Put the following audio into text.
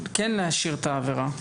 כן להשאיר העבירה כבקשתכם,